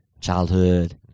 childhood